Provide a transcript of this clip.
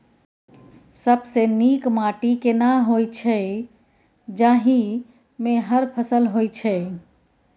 सबसे नीक माटी केना होय छै, जाहि मे हर फसल होय छै?